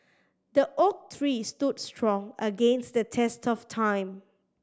the oak tree stood strong against the test of time